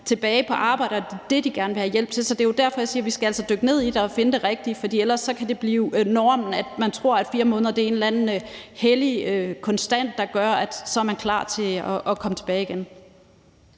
tilbage på arbejde, og det var det, de gerne ville have hjælp til. Det er jo derfor, jeg siger, at vi altså skal dykke ned i det og finde de rigtige svar, for ellers kan det blive normen, at 4 måneder er en eller anden hellig konstant, der gør, at så er man klar til at komme tilbage igen.